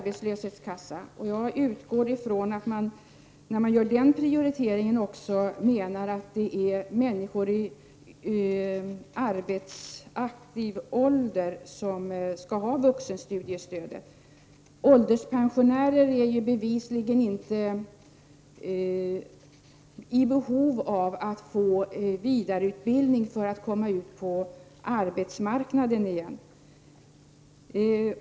Jag utgår ifrån att när man gör en sådan prioritering så menar man också att det är människor i yrkesaktiv ålder som skall ha vuxenstudiestöd. Ålderspensionärer är bevisligen inte i behov av att få vidareutbildning för att komma ut på arbetsmarknaden igen.